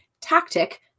tactic